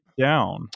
down